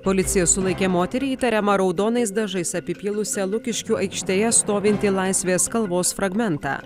policija sulaikė moterį įtariamą raudonais dažais apipylusią lukiškių aikštėje stovintį laisvės kalvos fragmentą